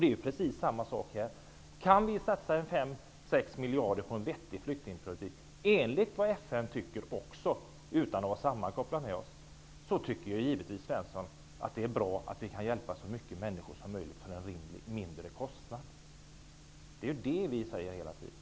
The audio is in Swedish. Det är precis samma sak här: Kan vi satsa 5--6 miljarder på en flyktingpolitik som även enligt vad FN -- utan att för den skull vara sammankoppat med oss -- tycker är vettig tycker Svensson givetvis att det är bra att vi kan hjälpa så många människor som möjligt för en mindre kostnad. Det är det vi säger hela tiden.